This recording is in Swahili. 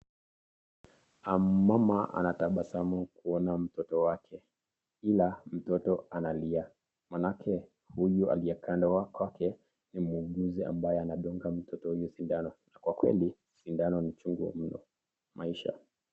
Mama anatabasamu kuona mtoto wake. Ila mtoto analia. Maanake huyu aliyekaa ndio wa kwake ni muuguzi ambaye anadunga mtoto huyo sindano. Na kwa kweli sindano ni chungu mno. Maisha.